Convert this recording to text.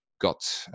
got